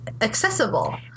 Accessible